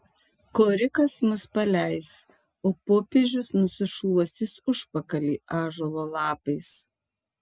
korikas mus paleis o popiežius nusišluostys užpakalį ąžuolo lapais